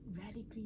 radically